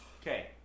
Okay